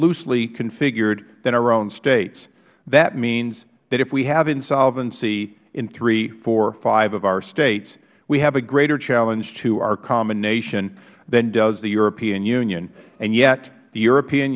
loosely configured than our own states that means that if we have insolvency in three four five of our states we have a greater challenge to our common nation than does the european union and yet the european